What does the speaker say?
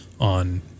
on